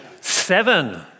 seven